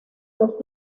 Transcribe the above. los